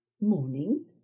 Morning